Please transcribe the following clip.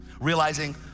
realizing